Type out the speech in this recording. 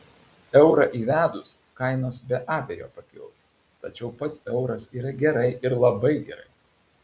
eurą įvedus kainos be abejo pakils tačiau pats euras yra gerai ir labai gerai